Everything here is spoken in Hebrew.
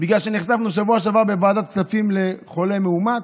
בגלל שנחשפנו בשבוע שעבר בוועדת כספים לחולה מאומת.